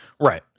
Right